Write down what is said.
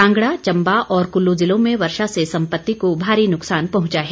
कांगड़ा चंबा और कुल्लू ज़िलों में वर्षा से संपत्ति को भारी नुकसान पहुंचा है